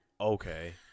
Okay